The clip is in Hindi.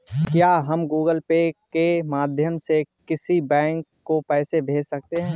क्या हम गूगल पे के माध्यम से किसी बैंक को पैसे भेज सकते हैं?